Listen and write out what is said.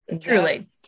Truly